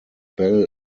bell